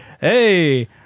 Hey